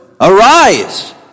Arise